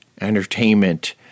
entertainment